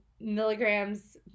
milligrams